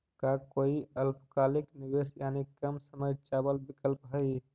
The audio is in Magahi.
का कोई अल्पकालिक निवेश यानी कम समय चावल विकल्प हई?